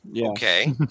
Okay